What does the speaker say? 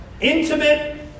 intimate